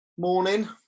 Morning